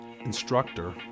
instructor